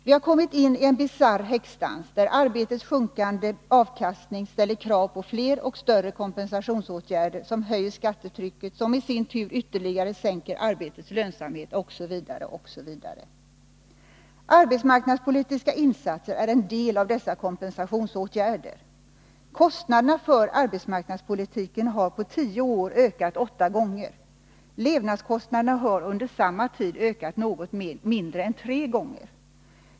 Vi har kommit in i en bisarr häxdans, där arbetets sjunkande avkastning ställer krav på flera och större kompensationsåtgärder, som höjer skattetrycket, vilket i sin tur ytterligare sänker arbetets lönsamhet, osv. Arbetsmarknadspolitiska insatser är en del av dessa kompensationsåtgärder. Kostnaderna för arbetsmarknadspolitiken har på tio år blivit åtta gånger så stora. Levnadskostnaderna har under samma tid blivit något mindre än tre gånger så stora.